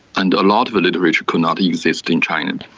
and a lot of literature could not exist in china.